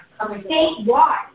statewide